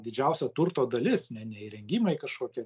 didžiausia turto dalis ne ne įrengimai kažkokie